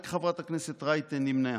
רק חברת הכנסת רייטן נמנעה.